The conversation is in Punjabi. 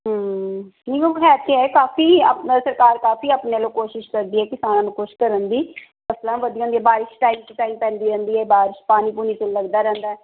ਨਹੀਂ ਹੁਣ ਹੈ ਤਾਂ ਹੈ ਕਾਫੀ ਅਪ ਸਰਕਾਰ ਕਾਫੀ ਆਪਣੇ ਵੱਲੋਂ ਕੋਸ਼ਿਸ਼ ਕਰਦੀ ਹੈ ਕਿਸਾਨਾਂ ਨੂੰ ਖੁਸ਼ ਕਰਨ ਦੀ ਫਸਲਾਂ ਵਧੀਆ ਹੁੰਦੀਆਂ ਬਾਰਿਸ਼ ਟਾਈਮ ਟੂ ਟਾਈਮ ਪੈਂਦੀ ਰਹਿੰਦੀ ਹੈ ਬਾਰਿਸ਼ ਪਾਣੀ ਪੂਣੀ ਫਿਰ ਲੱਗਦਾ ਰਹਿੰਦਾ